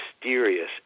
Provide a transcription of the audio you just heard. mysterious